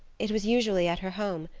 it was usually at her home,